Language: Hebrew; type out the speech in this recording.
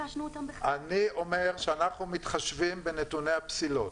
אני אומר שאנחנו מתחשבים בנתוני הפסילות.